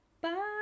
Bye